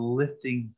lifting